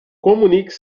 comunique